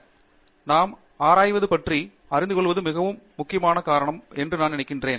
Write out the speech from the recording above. ஆராய்ச்சிக்காக நாம் ஆராய்வது பற்றி நாம் அறிந்துகொள்வது மிகவும் முக்கியமான காரணம் என்று நான் நினைக்கிறேன்